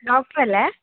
ഡോക്ടറല്ലേ